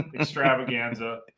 extravaganza